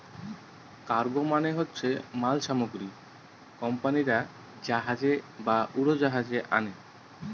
cargo মানে হচ্ছে মাল সামগ্রী কোম্পানিরা জাহাজে বা উড়োজাহাজে আনে